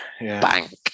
bank